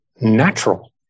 natural